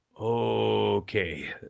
Okay